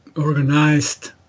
organized